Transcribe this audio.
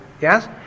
Yes